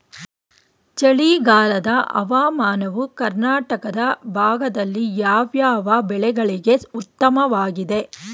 ಚಳಿಗಾಲದ ಹವಾಮಾನವು ಕರ್ನಾಟಕದ ಭಾಗದಲ್ಲಿ ಯಾವ್ಯಾವ ಬೆಳೆಗಳಿಗೆ ಉತ್ತಮವಾಗಿದೆ?